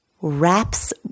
wraps